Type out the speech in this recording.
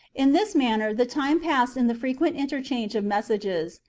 in this manner the time passed in the frequent interchange of messages,